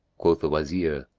quoth the wazir,